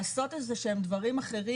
לעשות איזשהם דברים אחרים,